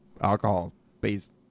alcohol-based